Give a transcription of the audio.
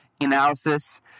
Analysis